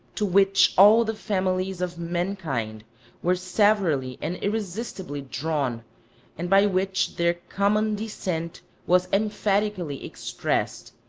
to which all the families of mankind were severally and irresistibly drawn, and by which their common descent was emphatically expressed,